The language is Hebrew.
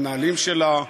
למנהלים שלה,